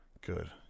Good